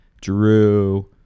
Drew